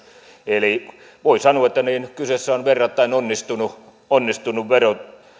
eli voi sanoa että kyseessä on verrattain onnistunut onnistunut vero